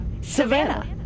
Savannah